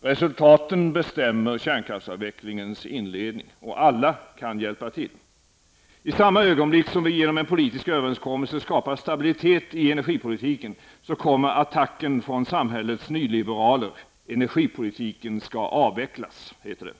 Resultaten bestämmer kärnkraftsavvecklingens inledning, och alla kan hjälpa till. I samma ögonblick som vi genom en politisk överenskommelse skapar stabilitet i energipolitiken, kommer attacken från samhällets nyliberaler -- energipolitiken skall avvecklas, heter det.